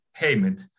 payment